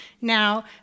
Now